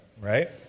right